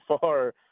far